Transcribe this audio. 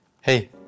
Hey